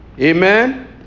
Amen